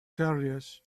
carriage